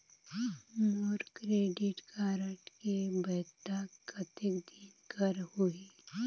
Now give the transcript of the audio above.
मोर credit card के वैधता कतेक दिन कर होही?